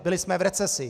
Byli jsme v recesi.